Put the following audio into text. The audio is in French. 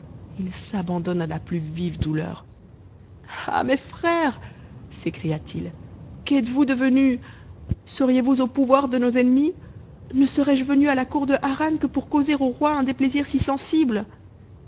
il s'abandonne à la ptus vive douleur ah mes frères s'écria-t-il qutes vous devenus seriez-vous au pouvoir de nos ennemis ne serais-je venu à la cour de harran que pour causer au roi un déplaisir si sensible